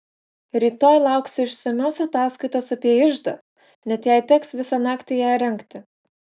rytoj lauksiu išsamios ataskaitos apie iždą net jei teks visą naktį ją rengti